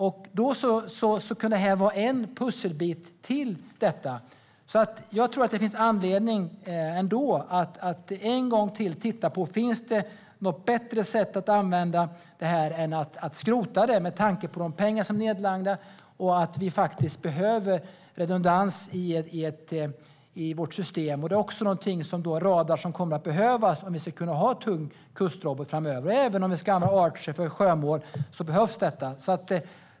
Det här kan vara en pusselbit till detta. Det finns anledning att än en gång se på om det finns något bättre sätt att använda systemet än att skrota det med tanke på nedlagda pengar och att det behövs redundans. Radar kommer att behövas om vi ska kunna använda tung kustrobot framöver, även om vi ska använda Archer för sjömål.